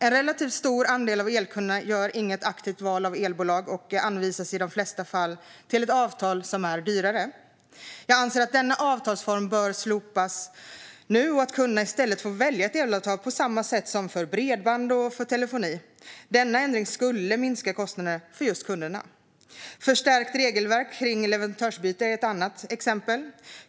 En relativt stor andel av elkunderna gör inget aktivt val av elbolag och anvisas i de flesta fall till ett avtal som är dyrare. Jag anser att denna avtalsform bör slopas nu och att kunderna i stället ska få välja ett elavtal på samma sätt som för bredband och telefoni. Denna ändring skulle minska kostnaderna för kunderna. Ett annat exempel är förstärkt regelverk kring leverantörsbyte.